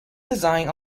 design